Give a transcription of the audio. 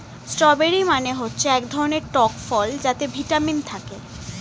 strawberry মানে হচ্ছে এক ধরনের টক ফল যাতে ভিটামিন থাকে